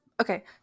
okay